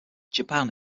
japan